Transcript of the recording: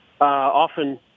often